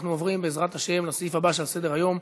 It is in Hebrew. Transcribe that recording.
אנחנו עוברים, בעזרת השם, לסעיף הבא שעל סדר-היום: